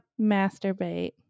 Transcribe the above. Masturbate